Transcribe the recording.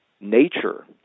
nature